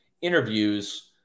interviews